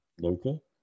local